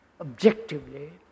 objectively